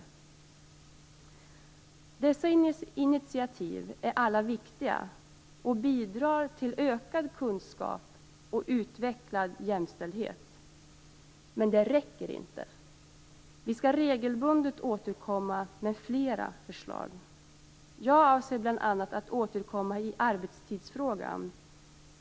Alla dessa initiativ är viktiga och bidrar till ökad kunskap och utvecklad jämställdhet. Men det räcker inte. Vi skall regelbundet återkomma med fler förslag. Jag avser bl.a. att återkomma i arbetstidsfrågan.